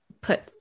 put